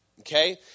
Okay